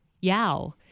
Yao